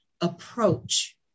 approach